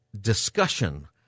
discussion